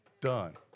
Done